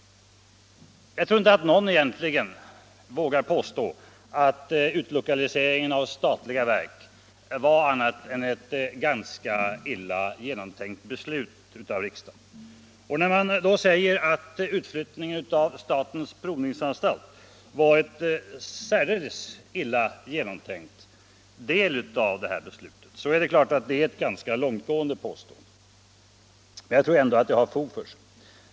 Jag tror inte att någon egentligen vågar påstå att utlokaliseringen av statliga verk var annat än ett ganska illa genomtänkt beslut av riksdagen. När man då säger att utflyttningen av statens provningsanstalt var en särdeles illa genomtänkt del av det här beslutet så är det klart att detta är ett långtgående påstående. Jag tror ändå att det har fog för sig.